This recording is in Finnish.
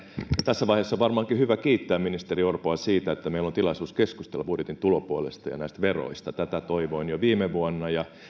tässä vaiheessa on varmaankin hyvä kiittää ministeri orpoa siitä että meillä on tilaisuus keskustella budjetin tulopuolesta ja näistä veroista tätä toivoin jo viime vuonna ja